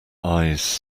eyes